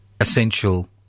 essential